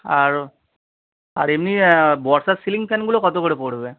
আরো আর এমনি বর্ষার সিলিং ফ্যানগুলো কতো করে পড়বে